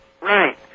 Right